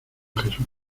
jesús